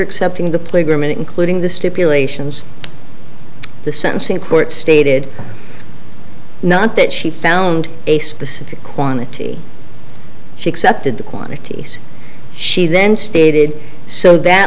agreement including the stipulations the sentencing court stated not that she found a specific quantity she accepted the quantities she then stated so that